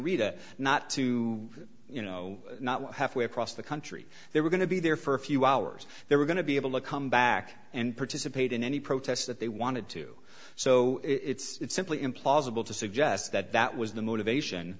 rita not to you know not halfway across the country they were going to be there for a few hours they were going to be able to come back and participate in any protest that they wanted to so it's simply implausible to suggest that that was the motivation